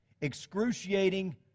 excruciating